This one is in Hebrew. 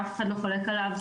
שאף אחד לא חולק עליו,